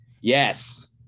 yes